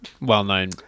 well-known